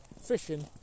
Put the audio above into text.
fishing